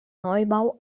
neubau